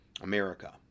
america